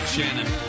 Shannon